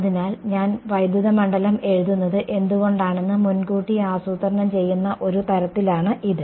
അതിനാൽ ഞാൻ വൈദ്യുത മണ്ഡലം എഴുതുന്നത് എന്തുകൊണ്ടാണെന്ന് മുൻകൂട്ടി ആസൂത്രണം ചെയ്യുന്ന ഒരു തരത്തിലാണ് ഇത്